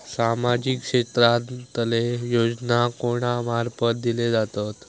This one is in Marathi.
सामाजिक क्षेत्रांतले योजना कोणा मार्फत दिले जातत?